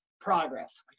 progress